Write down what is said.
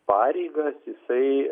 pareigas jisai